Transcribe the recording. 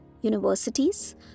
universities